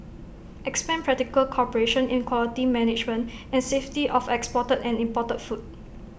expand practical cooperation in quality management and safety of exported and imported food